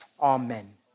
amen